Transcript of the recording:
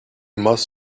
must